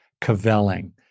cavelling